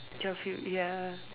job filled ya